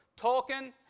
Tolkien